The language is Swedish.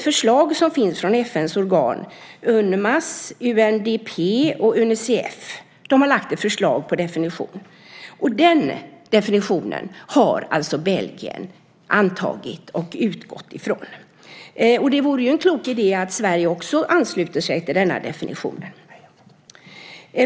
FN:s organ Unmas, UNDP och Unicef har lagt ett förslag på definition, och den definitionen har Belgien antagit och utgått från. Det vore en klok idé att Sverige också ansluter sig till denna definition.